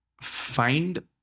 find